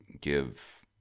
give